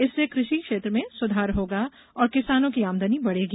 इससे कृषि क्षेत्र में सुधार होगा और किसानों की आमदनी बढ़ेगी